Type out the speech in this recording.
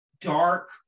dark